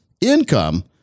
Income